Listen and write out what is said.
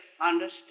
understood